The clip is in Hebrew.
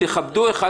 כשאחת